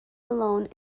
alone